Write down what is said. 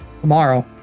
tomorrow